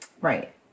right